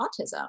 autism